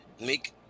make